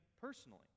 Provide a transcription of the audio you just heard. personally